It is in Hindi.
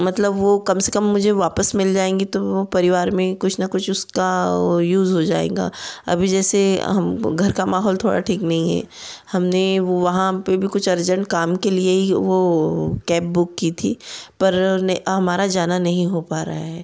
मतलब वो कम से कम मुझे वापस मिल जाएँगे तो परिवार में कुछ ना कुछ उसका वो यूज़ हो जाएगा अभी जैसे घर का माहौल थोड़ा ठीक नहीं है हम ने वहाँ पर भी कुछ अर्जेंट काम के लिए ही वो कैब बुक की थी पर ने हमारा जाना नहीं हो पा रहा है